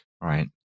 right